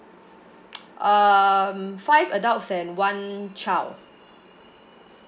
um five adults and one child